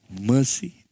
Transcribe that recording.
mercy